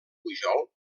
pujol